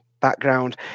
background